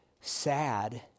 sad